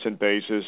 basis